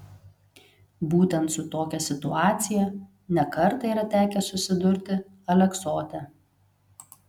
būtent su tokia situacija ne kartą yra tekę susidurti aleksote